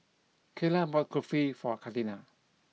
Kayla bought Kulfi for Katina